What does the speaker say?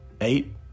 Eight